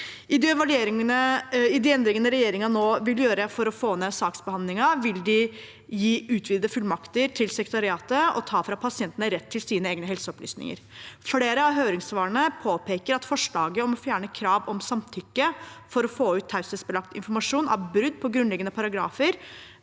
I de endringene regjeringen nå vil gjøre for å få ned saksbehandlingstiden, vil de gi utvidede fullmakter til sekretariatet og ta fra pasientene retten til sine egne helseopplysninger. Flere av høringssvarene påpeker at forslaget om å fjerne krav om samtykke for å få ut taushetsbelagt informasjon er brudd på Grunnlovens paragrafer